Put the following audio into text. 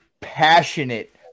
passionate